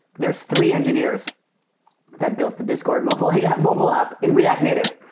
there're three engineers that built the discord mobile yeah mobile app in react native.